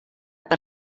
per